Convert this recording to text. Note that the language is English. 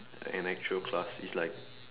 an actual class is like